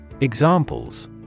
Examples